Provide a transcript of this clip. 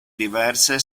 diverse